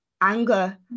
anger